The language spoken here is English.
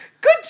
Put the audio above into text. Good